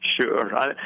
Sure